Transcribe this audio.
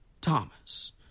Thomas